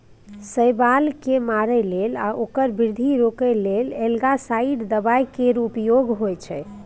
शैबाल केँ मारय लेल या ओकर बृद्धि रोकय लेल एल्गासाइड दबाइ केर प्रयोग होइ छै